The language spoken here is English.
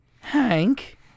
Hank